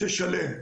תשלם.